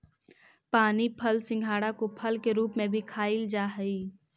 पानी फल सिंघाड़ा को फल के रूप में भी खाईल जा हई